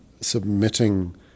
submitting